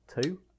Two